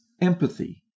empathy